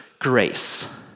grace